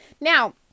Now